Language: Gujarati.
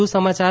વધુ સમાચાર